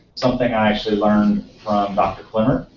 something i actually learned from dr. clemmert,